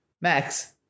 Max